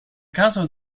caso